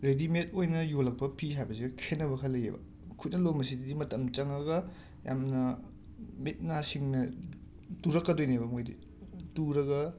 readymade ꯑꯣꯏꯅ ꯌꯣꯜꯂꯛꯄ ꯐꯤ ꯍꯥꯏꯕꯖꯤꯒ ꯈꯦꯠꯅꯕ ꯈꯔ ꯂꯩꯌꯦꯕ ꯈꯨꯠꯅ ꯂꯣꯟꯕꯁꯤꯗꯤ ꯃꯇꯝ ꯆꯡꯉꯒ ꯌꯥꯝꯅ ꯃꯤꯠ ꯅꯥ ꯁꯤꯡꯅ ꯇꯨꯔꯛꯀꯗꯣꯏꯅꯦꯕ ꯃꯣꯏꯗꯤ ꯇꯨꯔꯒ